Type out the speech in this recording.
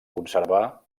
conservar